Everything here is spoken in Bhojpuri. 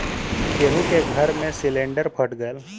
केहु के घर मे सिलिन्डर फट गयल